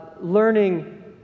learning